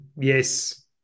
yes